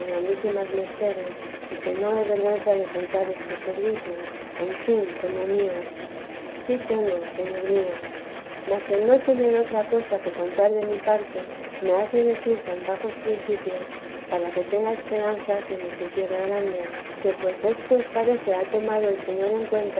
mercedes y que no he vergüenza de contar estos servicios en fin como míos sí tengo señor mío mas el no tener otra cosa que contar de mi parte me hace decir con bajos principios para que tenga esperanza quien los hiciere grandes que pues éstos parece ha tomado el señor en